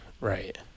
right